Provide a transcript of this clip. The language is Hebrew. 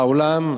בעולם,